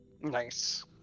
Nice